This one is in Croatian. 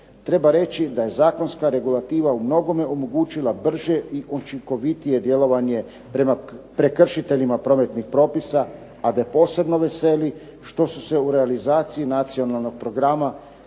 Treba reći da je zakonska regulativa u mnogome omogućila brže i učinkovitije djelovanje prema prekršiteljima prometnih propisa, a da posebno veseli što su se u realizaciji Nacionalnog programa